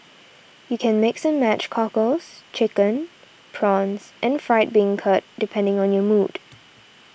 you can mix and match cockles chicken prawns and fried bean curd depending on your mood